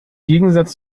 gegensatz